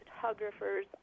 photographers